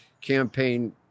campaign